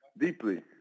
Deeply